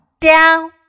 down